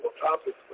topics